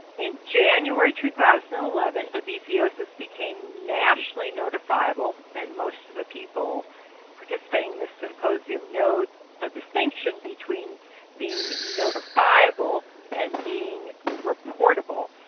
in january two thousand and eleven, but babesiosis became nationally notifiable, and most of the people participating in this symposium know the ah distinction between being notifiable and being reportable.